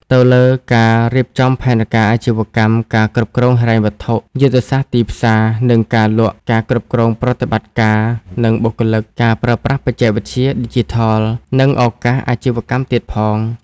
ទៅលើ ការរៀបចំផែនការអាជីវកម្ម ការគ្រប់គ្រងហិរញ្ញវត្ថុ យុទ្ធសាស្ត្រទីផ្សារ និងការលក់ ការគ្រប់គ្រងប្រតិបត្តិការ និងបុគ្គលិក ការប្រើប្រាស់បច្ចេកវិទ្យាឌីជីថល និងឱកាសអាជីវកម្មទៀតផង។